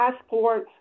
passport